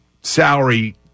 salary